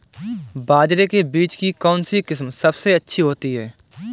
बाजरे के बीज की कौनसी किस्म सबसे अच्छी होती है?